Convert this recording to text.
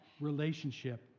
relationship